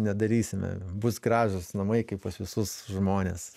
nedarysime bus gražūs namai kaip pas visus žmones